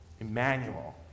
Emmanuel